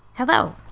Hello